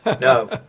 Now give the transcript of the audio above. no